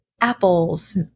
apples